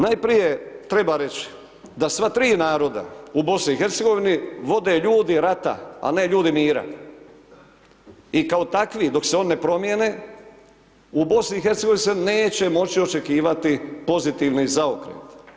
Najprije treba reći da sva tri naroda u BiH vode ljudi rata a ne ljudi mira i kao takvi dok se oni ne promijene u BiH se neće moći očekivati pozitivni zaokret.